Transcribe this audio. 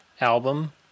album